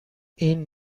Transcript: این